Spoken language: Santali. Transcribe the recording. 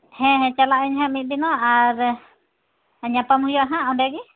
ᱦᱮᱸ ᱦᱮᱸ ᱪᱟᱞᱟᱜᱼᱟᱹᱧ ᱦᱟᱸᱜ ᱢᱤᱫ ᱫᱤᱱᱚᱜ ᱟᱨ ᱧᱟᱯᱟᱢ ᱦᱩᱭᱩᱜᱼᱟ ᱦᱟᱸᱜ ᱚᱸᱰᱮ ᱜᱮ